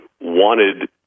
wanted